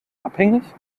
abhängig